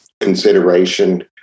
consideration